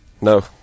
no